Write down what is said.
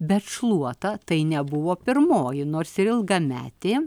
bet šluota tai nebuvo pirmoji nors ir ilgametė